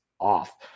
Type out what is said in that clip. Off